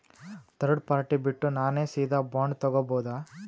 Third party ಬಿಟ್ಟು ನಾನೇ ಸೀದಾ ಬಾಂಡ್ ತೋಗೊಭೌದಾ?